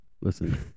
Listen